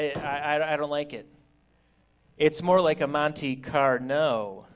i don't like it it's more like a monte car no